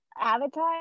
Avatar